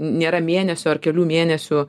nėra mėnesio ar kelių mėnesių